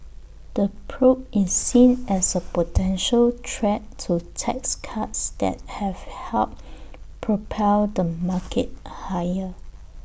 the probe is seen as A potential threat to tax cuts that have helped propel the market higher